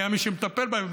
היה מי שמטפל בהם,